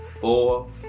four